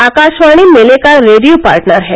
आकाशवाणी मेले का radio partner है